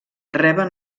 reben